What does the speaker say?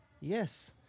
Yes